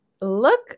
look